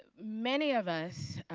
ah many of us,